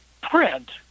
print